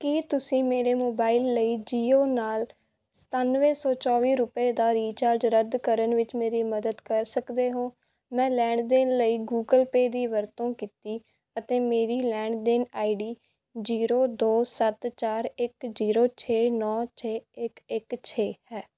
ਕੀ ਤੁਸੀਂ ਮੇਰੇ ਮੋਬਾਈਲ ਲਈ ਜੀਓ ਨਾਲ ਸਤਾਨਵੇਂ ਸੌ ਚੌਵੀ ਰੁਪਏ ਦਾ ਰੀਚਾਰਜ ਰੱਦ ਕਰਨ ਵਿੱਚ ਮੇਰੀ ਮਦਦ ਕਰ ਸਕਦੇ ਹੋ ਮੈਂ ਲੈਣ ਦੇਣ ਲਈ ਗੂਗਲ ਪੇਅ ਦੀ ਵਰਤੋਂ ਕੀਤੀ ਅਤੇ ਮੇਰੀ ਲੈਣ ਦੇਣ ਆਈਡੀ ਜ਼ੀਰੋ ਦੋ ਸੱਤ ਚਾਰ ਇੱਕ ਜ਼ੀਰੋ ਛੇ ਨੌਂ ਛੇ ਇੱਕ ਇੱਕ ਛੇ ਹੈ